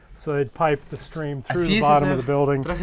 so they'd pipe the stream through the bottom of the building,